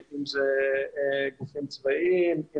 אם זה גופים צבאיים,